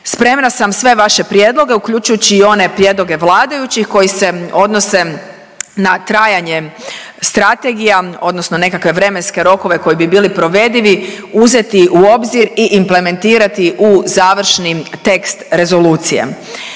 Spremna sam sve vaše prijedloge uključujući i one prijedloge vladajućih koji se odnose na trajanje strategija, odnosno nekakve vremenske rokove koji bi bili provedivi uzeti u obzir i implementirati u završni tekst rezolucije.